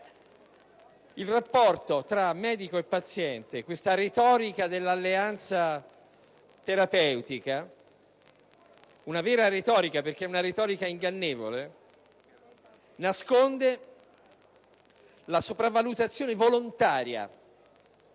Il rapporto tra medico e paziente, questa retorica dell'alleanza terapeutica - una vera retorica perché ingannevole - nasconde la sopravvalutazione volontaria